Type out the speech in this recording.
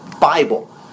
Bible